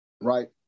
right